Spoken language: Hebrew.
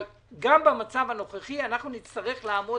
אבל גם במצב הנוכחי אנחנו נצטרך לעמוד